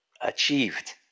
achieved